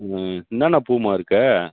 ம் என்னென்ன பூம்மா இருக்குது